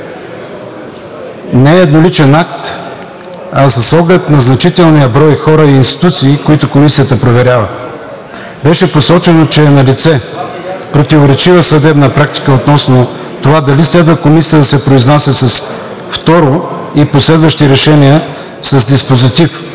не е еднократен акт с оглед на значителния брой хора и институции, които Комисията проверява. Беше посочено, че е налице противоречива съдебна практика относно това дали следва Комисията да се произнася с второ и последващи решения с диспозитив